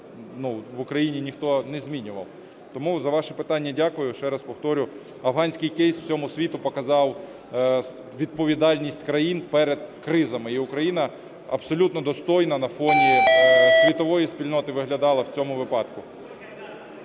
в Україні ніхто не змінював. Тому за ваше питання дякую. І ще раз повторю, афганський кейс всьому світу показав відповідальність країн перед кризами, і Україна абсолютно достойно на фоні світової спільноти виглядала в цьому випадку.